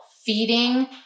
feeding